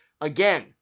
Again